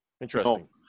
Interesting